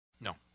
No